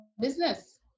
business